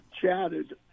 chatted